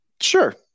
Sure